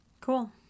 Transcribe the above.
Cool